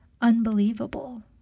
unbelievable